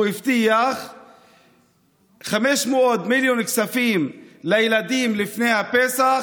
הוא הבטיח 500 מיליון שקלים לילדים לפני הפסח,